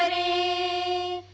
a